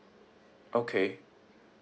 okay